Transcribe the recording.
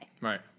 Right